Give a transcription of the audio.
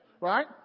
right